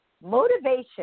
Motivation